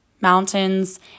mountains